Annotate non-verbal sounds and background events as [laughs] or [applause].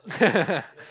[laughs]